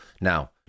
Now